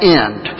end